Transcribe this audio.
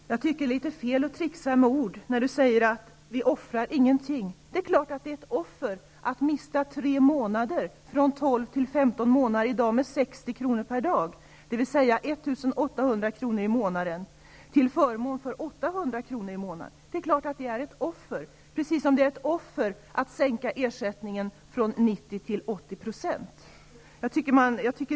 Herr talman! Jag tycker att det är fel att trixa med ord. Bengt Westerberg säger: Vi offrar ingenting. Självfallet är det ett offer att mista tre månader. Det är klart ett offer det handlar om att från i dag 60 kr. 1 800 kr. i månaden, gå ned till 800 kr. i månaden. Det är också ett offer att sänka ersättningen från 90 % till 80 %.